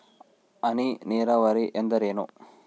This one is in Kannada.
ಹನಿ ನೇರಾವರಿ ಎಂದರೇನು?